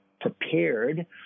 prepared –